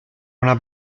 una